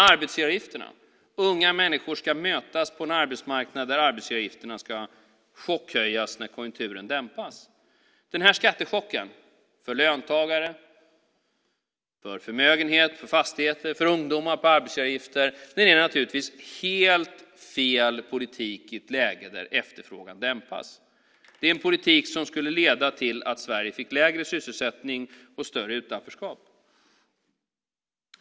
Arbetsgivaravgifterna: Unga människor ska mötas på en arbetsmarknad där arbetsgivaravgifterna ska chockhöjas när konjunkturen dämpas. Den här skattechocken för löntagare, för förmögenhet, för fastigheter, för ungdomar och för arbetsgivaravgifter är naturligtvis helt fel politik i ett läge där efterfrågan dämpas. Det är en politik som skulle leda till att Sverige fick lägre sysselsättning och större utanförskap.